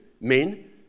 Men